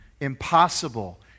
impossible